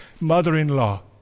mother-in-law